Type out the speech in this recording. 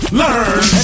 learn